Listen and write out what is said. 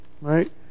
right